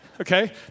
Okay